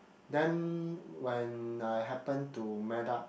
then when I happen to met up